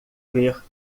ver